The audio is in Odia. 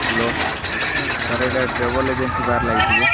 ହେଲୋ ସାର୍ ଏଇଟା ଟ୍ରାଭେଲ୍ ଏଜେନ୍ସି ବାର୍ ଲାଗିଛି କି